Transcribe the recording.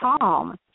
calm